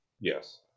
Yes